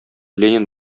ленин